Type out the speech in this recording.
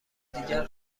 دیگر